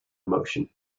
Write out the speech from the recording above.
emotion